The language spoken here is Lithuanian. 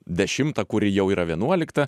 dešimtą kuri jau yra vienuolikta